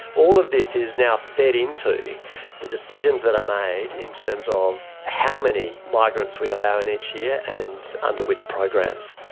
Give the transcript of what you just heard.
all of this is now fed into the decisions that are made in terms of how many migrants we allow in each year and under which programs.